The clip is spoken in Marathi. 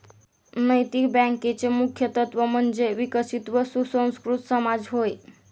नैतिक बँकेचे मुख्य तत्त्व म्हणजे विकसित व सुसंस्कृत समाज होय